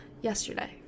yesterday